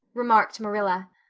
remarked marilla.